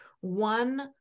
one